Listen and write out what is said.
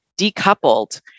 decoupled